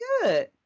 good